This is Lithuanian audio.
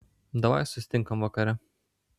davai susitinkam vakare